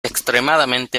extremadamente